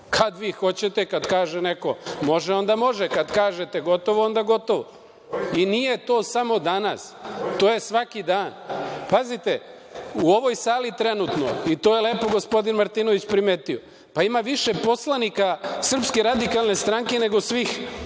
Kad vi hoćete, kad kaže neko može, onda može, kad kažete gotovo, onda gotovo. Nije to samo danas. To je svaki dan. Pazite, u ovoj sali trenutno i to je lepo gospodin Martinović primetio. Ima više poslanika SRS nego svih